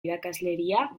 irakasleria